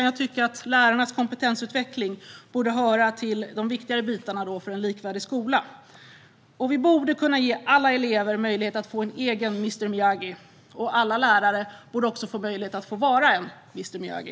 Jag tycker nog att lärarnas kompetensutveckling borde höra till de viktigare delarna för att få en likvärdig skola. Vi borde kunna ge alla elever möjlighet att få en egen mr Miyagi, och alla lärare borde också få möjlighet att vara en mr Miyagi.